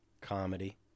comedy